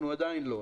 עדיין לא.